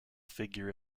figure